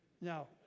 No